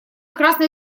красной